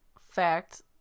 fact